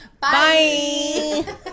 Bye